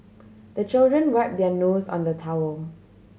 the children wipe their nose on the towel